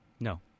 No